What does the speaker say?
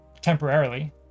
temporarily